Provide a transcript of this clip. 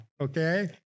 okay